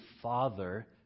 father